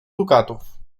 dukatów